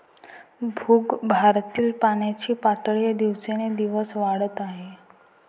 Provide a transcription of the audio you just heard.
भूगर्भातील पाण्याची पातळी दिवसेंदिवस वाढत आहे